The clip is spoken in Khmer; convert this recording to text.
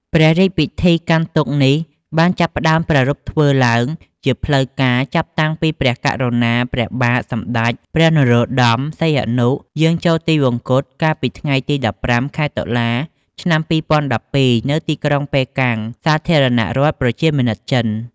ព្រះរាជពិធីកាន់ទុក្ខនេះបានចាប់ផ្ដើមប្រារព្ធធ្វើឡើងជាផ្លូវការចាប់តាំងពីព្រះករុណាព្រះបាទសម្ដេចព្រះនរោត្ដម សីហនុ យាងចូលទិវង្គតកាលពីថ្ងៃទី ១៥ ខែ តុលា ឆ្នាំ ២០១២ នៅទីក្រុងប៉េកាំង សាធារណរដ្ឋប្រជាមានិតចិន។